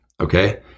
Okay